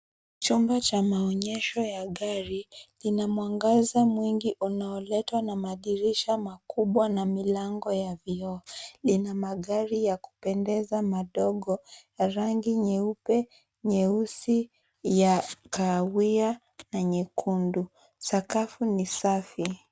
Chumba cha maonyesho ya gari, ina mwangaza mwingi unaoletwa na madirisha makubwa na milango ya vioo. Lina magari ya kupendeza madogo ya rangi nyeupe, nyeusi, ya kahawia na nyekundu. Sakafu ni safi.